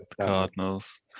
Cardinals